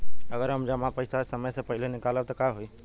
अगर हम जमा पैसा समय से पहिले निकालब त का होई?